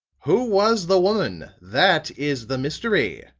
who was the woman? that is the mystery,